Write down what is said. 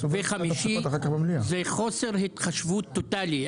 זה חוסר התחשבות טוטלי.